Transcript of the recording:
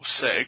say –